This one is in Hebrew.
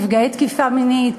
נפגעי תקיפה מינית,